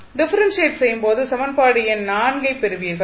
differentiate செய்யும் போது சமன்பாடு எண் ஐப் பெறுவீர்கள்